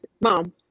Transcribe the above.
mom